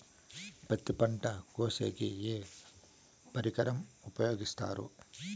పత్తి పంట కోసేకి ఏ పరికరం ఉపయోగిస్తారు?